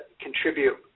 contribute